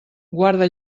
guarda